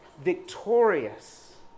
victorious